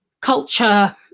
Culture